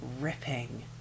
ripping